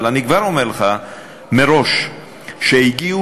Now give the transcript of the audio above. אבל אני אומר לך מראש שהגיעו